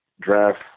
draft